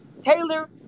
Taylor